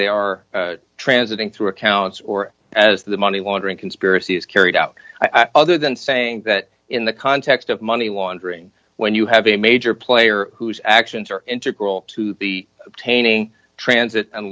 they are transiting through accounts or as the money laundering conspiracy is carried out other than saying that in the context of money laundering when you have a major player whose actions are integral to the painting transit and